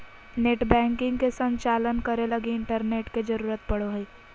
net banking के संचालन करे लगी इंटरनेट के जरुरत पड़ो हइ